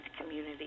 community